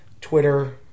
Twitter